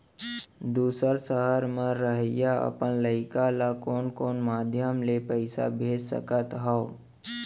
दूसर सहर म रहइया अपन लइका ला कोन कोन माधयम ले पइसा भेज सकत हव?